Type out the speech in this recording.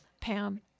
pam